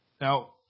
Now